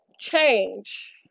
change